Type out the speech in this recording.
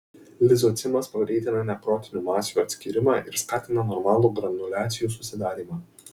lizocimas pagreitina nekrotinių masių atskyrimą ir skatina normalų granuliacijų susidarymą